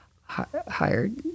hired